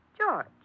George